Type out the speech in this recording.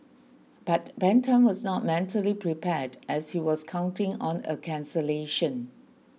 but Ben Tan was not mentally prepared as he was counting on a cancellation